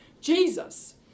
Jesus